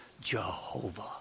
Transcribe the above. Jehovah